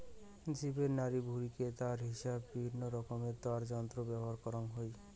জীবের নাড়িভুঁড়িকে তার হিসাবে বিভিন্নরকমের তারযন্ত্রে ব্যবহার করাং হই